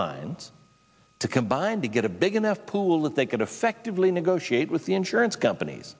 lines to combine to get a big enough pool that they could effectively negotiate with the insurance companies